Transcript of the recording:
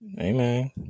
Amen